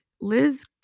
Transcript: Liz